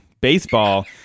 baseball